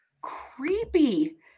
creepy